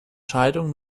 scheidung